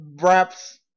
wraps